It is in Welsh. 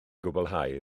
gwblhau